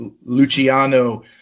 Luciano